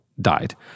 died